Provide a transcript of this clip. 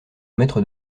maître